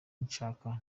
nshasha